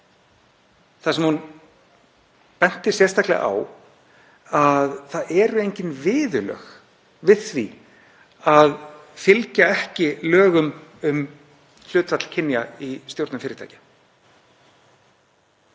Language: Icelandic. þar sem hún benti sérstaklega á að það eru engin viðurlög við því að fylgja ekki lögum um hlutfall kynja í stjórnum fyrirtækja.